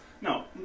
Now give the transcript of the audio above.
No